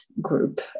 group